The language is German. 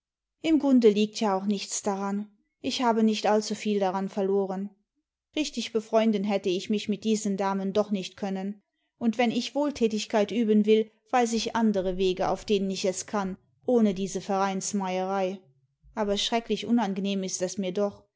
im grunde liegt ja auch nichts daran ich habe nicht allzuviel daran verloren richtig befreunden hätte ich mich mit diesen damen doch nicht können und wenn ich wohltätigkeit üben will weiß ich andere wege auf denen ich es kann ohne diese vereinsmeierei aber schrecklich unangenehm ist es mir doch